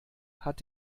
hat